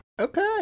Okay